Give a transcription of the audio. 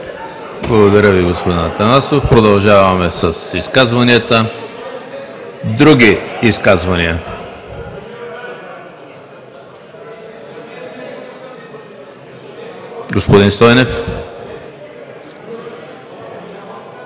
Благодаря Ви, господин Атанасов. Продължаваме с изказванията. Други изказвания? Господин Стойнев.